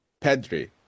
Pedri